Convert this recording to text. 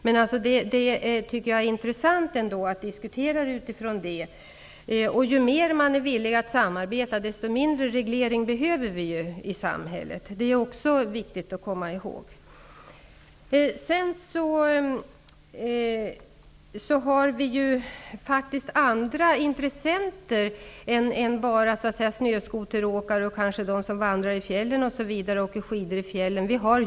Jag tycker att det är intressant att diskutera frågan utifrån de synpunkterna. Ju mer villiga vi är att samarbeta, desto mindre regleringar behöver vi i samhället. Det är viktigt att komma ihåg. Det finns andra intressenter än snöskoteråkare och de som vandrar och åker skidor i fjällen.